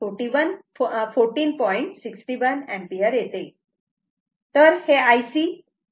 तेव्हा Ic ω C V